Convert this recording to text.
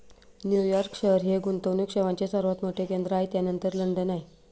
New York शहर हे गुंतवणूक सेवांचे सर्वात मोठे केंद्र आहे त्यानंतर लंडन आहे